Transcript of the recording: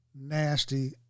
Nasty